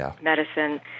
medicine